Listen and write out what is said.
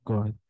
God